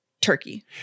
Turkey